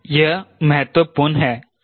यह महत्वपूर्ण है